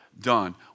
done